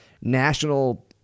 national